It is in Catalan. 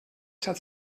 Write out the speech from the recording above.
set